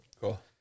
Cool